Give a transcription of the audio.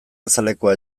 azalekoa